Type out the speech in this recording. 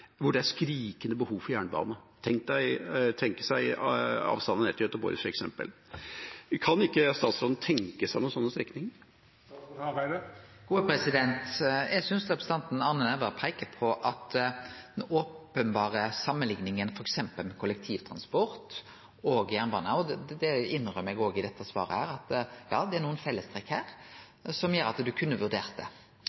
hvor det er skrikende behov for jernbane, f.eks. avstanden ned til Gøteborg. Kan ikke statsråden tenke seg noen sånne strekninger? Representanten Arne Nævra peiker på den openberre samanlikninga med f.eks. kollektivtransport og jernbane, og eg innrømmer òg i dette svaret at ja, det er nokre fellestrekk her